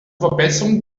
verbesserung